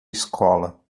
escola